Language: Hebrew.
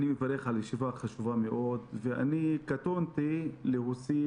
אני מברך על ישיבה חשובה מאוד ואני קטונתי להוסיף